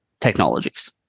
technologies